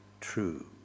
true